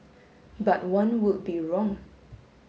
but one would be wrong